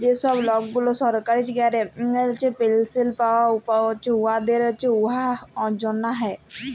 যে ছব লকগুলা সরকারি চাকরি ক্যরে পেলশল পায় উয়াদের জ্যনহে